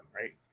right